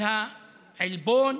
על העלבון,